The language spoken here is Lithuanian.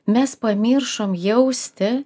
mes pamiršom jausti